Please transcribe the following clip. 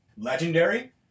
legendary